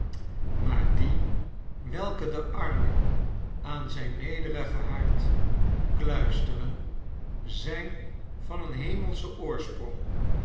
maar die welke den arme aan zijn nederigen haard kluisteren zijn van een hemelschen oorsprong